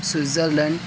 Switzerland